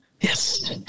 Yes